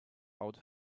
out